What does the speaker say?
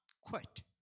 quit